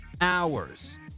hours